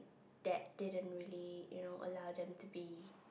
that didn't really you know allow them to be